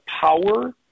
power